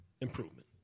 Improvement